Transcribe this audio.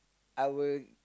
I will